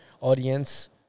audience